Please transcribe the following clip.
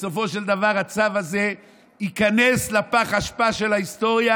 בסופו של דבר הצו הזה ייכנס לפח האשפה של ההיסטוריה,